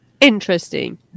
Interesting